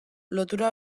lotura